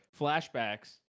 flashbacks